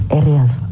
areas